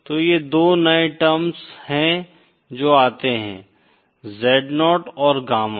तो ये दो नए टर्म्स हैं जो आते हैं Z0 और गामा